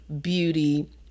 beauty